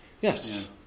Yes